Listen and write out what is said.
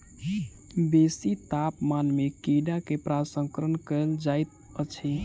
बेसी तापमान में कीड़ा के प्रसंस्करण कयल जाइत अछि